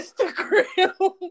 Instagram